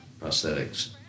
prosthetics